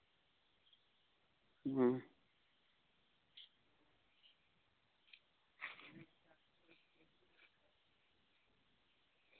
ᱦᱩᱸ